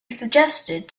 suggested